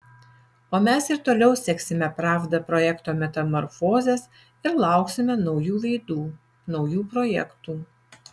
o mes ir toliau seksime pravda projekto metamorfozes ir lauksime naujų veidų naujų projektų